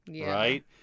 right